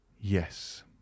Yes